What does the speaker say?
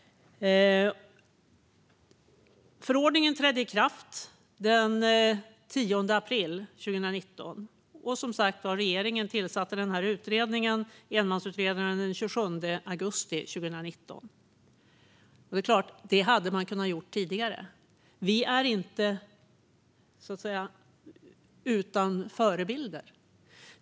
Förordningen trädde i kraft den 10 april 2019. Regeringen tillsatte som sagt utredningen med dess enmansutredare den 27 augusti 2019, men det är klart att man hade kunnat göra detta tidigare. Vi är inte utan förebilder.